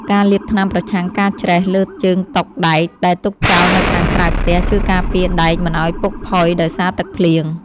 ការលាបថ្នាំប្រឆាំងការច្រេះលើជើងតុដែកដែលទុកចោលនៅខាងក្រៅផ្ទះ ជួយការពារដែកមិនឱ្យពុកផុយដោយសារទឹកភ្លៀង។